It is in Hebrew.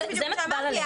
זה מה שאמרתי.